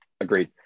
Agreed